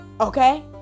okay